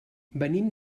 venim